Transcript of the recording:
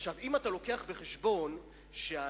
אם אתה מביא בחשבון שהעניים